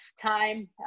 time